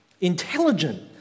intelligent